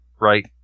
right